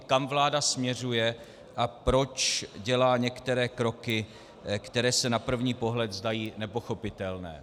Kam vláda směřuje a proč dělá některé kroky, které se na první pohled zdají nepochopitelné.